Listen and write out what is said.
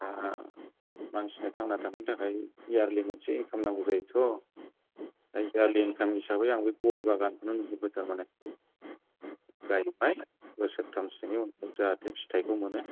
दा मानसिनो थांना थानायनि थाखाय इयार्लि मोनसे इनकाम नांगौ जायोथ' जायखिजाया इनकाम हिसाबै आं बे गय बागानखौनो नुबाय थारमाने गयबाय बोसोरथामसिम जाहाथे फिथाइखौ मोनो